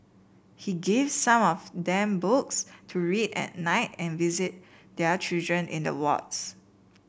he gives some of them books to read at night and visit their children in the wards